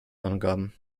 angaben